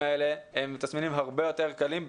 האלה הם תסמינים הרבה יותר קלים,